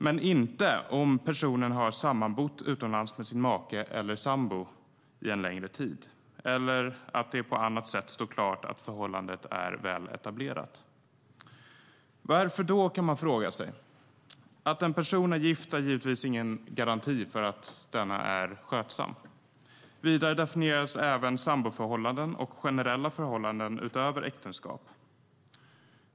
Men det ska inte gälla om personen har sammanbott utomlands med sin make eller sambo under en längre tid eller om det på annat sätt står klart att förhållandet är väl etablerat. Varför då, kan man fråga sig? Att en person är gift är givetvis ingen garanti för att denne är skötsam. Vidare definieras även samboförhållanden och generella förhållanden utöver äktenskap.